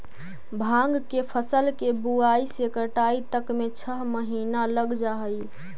भाँग के फसल के बुआई से कटाई तक में छः महीना लग जा हइ